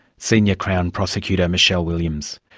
senior crown prosecutor, michele williams.